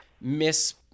miss